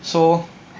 so